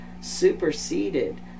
superseded